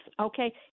okay